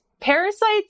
parasites